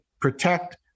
protect